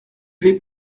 vais